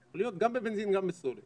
גם בבנזין וגם בסולר